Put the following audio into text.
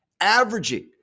averaging